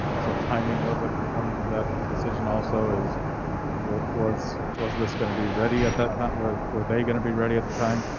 so timing was a component of that decision. also is was. was this going to be ready at that time? where were they going to be ready at the time?